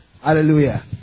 Hallelujah